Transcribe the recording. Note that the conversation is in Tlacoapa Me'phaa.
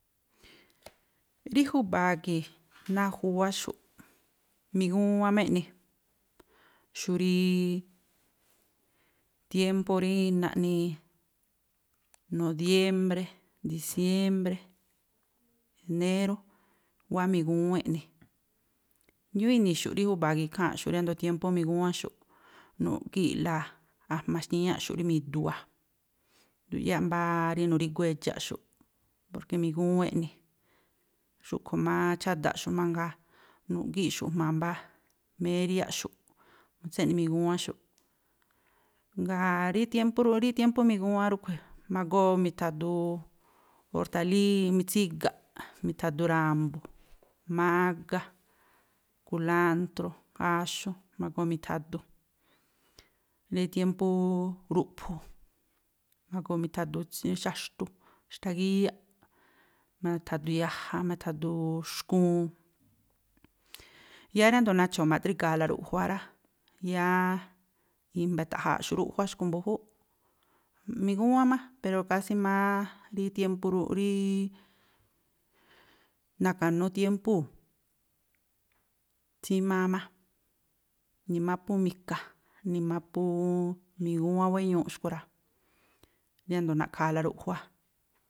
Rí júba̱a gii̱ náa̱ júwáxu̱ꞌ, migúwán má eꞌni, xú ríí tiémpú rí naꞌni nobiémbré, diciémbré, énérú, wáa̱ migúwán eꞌni. Ñúúꞌ i̱ni̱xu̱ꞌ rí júba̱a gii̱ ikháa̱nꞌxu̱ riándo̱ tiémpú migúwáxu̱ꞌ, nu̱ꞌgíi̱ꞌla a̱jma̱ xtíñáꞌxu̱ꞌ rí mi̱du̱ wáa̱, ndu̱yáꞌ mbá rí nu̱rígu edxa̱ꞌxu̱ꞌ, porke migúwán eꞌni. Xúꞌkhui̱ má chádaꞌxu̱ꞌ mangaa, nu̱ꞌgíi̱ꞌxu̱ꞌ jma̱a mériáꞌxu̱ꞌ, mu tséꞌni migúwáxu̱ꞌ. Ngáa̱ rí tiempú rí tiémpú migúwán rúꞌkhui̱, ma̱goo mi̱tha̱du ortalííí mitsígaꞌ, mi̱tha̱du ra̱mbu̱, mágá, kulántrú, áxú, ma̱goo mi̱tha̱du. Rí tiémpú ruꞌphu, ma̱goo mi̱tha̱du xaxtu, xtagíyáꞌ, mi̱tha̱du yaja, mi̱thadu xkuun. Yáá riándo̱ nacho̱o̱ ma̱ꞌdríga̱a̱la ruꞌjua rá, yáá i̱mba̱ ita̱ꞌja̱a̱xu̱ꞌ ruꞌjua xkui̱ mbu̱júúꞌ. Migúwán má, pero kásí máá rí tiémpú, ríí na̱ka̱nú tiémpúu̱, tsímáá má, nimá phú mika, nimá phú migúwán wéñuuꞌ xkui̱ rá, riándo̱ na̱ꞌkha̱a̱ la ruꞌjua.